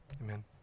Amen